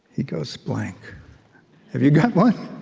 he goes blank have you got one?